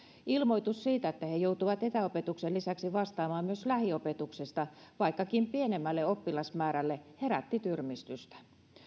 ilmoitus siitä että he joutuvat etäopetuksen lisäksi vastaamaan myös lähiopetuksesta vaikkakin pienemmälle oppilasmäärälle herätti tyrmistystä